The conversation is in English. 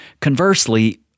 Conversely